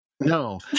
no